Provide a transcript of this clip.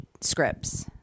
scripts